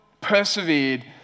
persevered